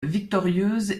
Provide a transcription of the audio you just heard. victorieuse